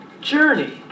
Journey